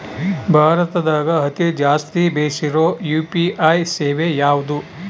ಭಾರತದಗ ಅತಿ ಜಾಸ್ತಿ ಬೆಸಿರೊ ಯು.ಪಿ.ಐ ಸೇವೆ ಯಾವ್ದು?